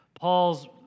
Paul's